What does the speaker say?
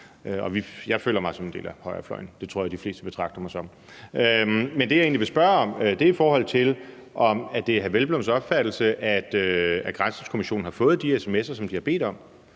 jeg føler mig som en del af højrefløjen; det tror jeg de fleste betragter mig som. Men det, jeg egentlig vil spørge om, er, om det er hr. Peder Hvelplunds opfattelse, at granskningskommissionen har fået de sms'er, som de har bedt om.